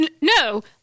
No